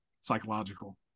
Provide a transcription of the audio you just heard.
psychological